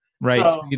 Right